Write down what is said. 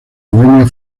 bohemia